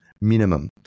minimum